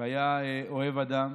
ואוהב אדם,